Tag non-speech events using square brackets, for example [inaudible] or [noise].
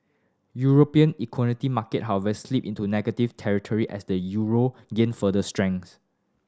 European [unintelligible] market however slipped into negative territory as the euro gained further strength